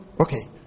Okay